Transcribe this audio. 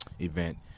event